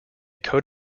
coat